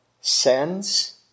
sends